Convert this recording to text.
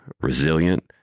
resilient